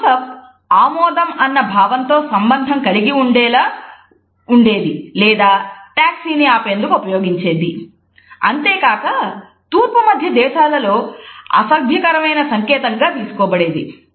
Thums Up ఆమోదం అన్న భావంతో సంబంధం కలిగి ఉండేది లేదా టాక్సీని ఆపేందుకు ఉపయోగించేది అంతేకాక తూర్పు మధ్య దేశాలలో అసభ్యకరమైన సంకేతంగా తీసుకోబడేది